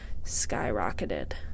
skyrocketed